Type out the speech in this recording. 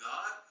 God